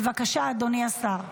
בבקשה, אדוני השר.